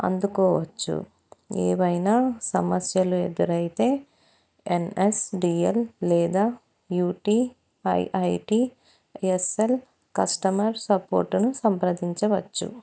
అందుకోవచ్చు ఏవైనా సమస్యలు ఎదురైతే ఎన్ఎస్డీఎల్ లేదా యూటిఐఐటిఎస్ఎల్ కస్టమర్ సపోర్టును సంప్రదించవచ్చు